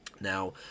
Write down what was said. Now